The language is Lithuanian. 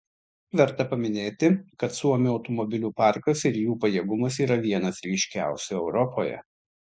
verta paminėti kad suomių automobilių parkas ir jų pajėgumas yra vienas ryškiausių europoje